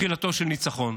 תחילתו של ניצחון.